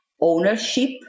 ownership